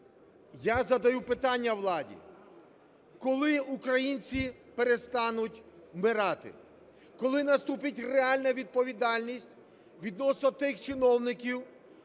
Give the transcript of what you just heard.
Я задаю питання владі: коли українці перестануть вмирати, коли наступить реальна відповідальність відносно тих чиновників,